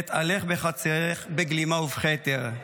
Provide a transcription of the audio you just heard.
/ אתהלך בחצרך בגלימה ובכתר.